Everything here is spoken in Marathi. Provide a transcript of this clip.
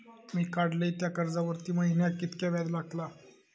मी काडलय त्या कर्जावरती महिन्याक कीतक्या व्याज लागला?